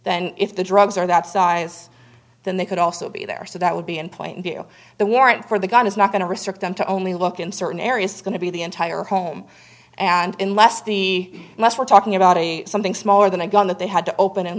then if the drugs are that size than they could also be there so that would be in plain view the warrant for the gun is not going to restrict them to only look in certain areas it's going to be the entire home and unless the west we're talking about something smaller than a gun that they had to open and